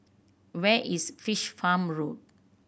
where is Fish Farm Road